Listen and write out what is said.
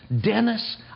dennis